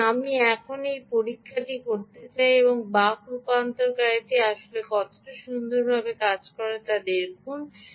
সুতরাং এখন এই পরীক্ষাটি করা যাক এবং এই বাক রূপান্তরকারীটি আসলে কতটা সুন্দরভাবে কাজ করছে তা দেখুন